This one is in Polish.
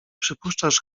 przypuszczasz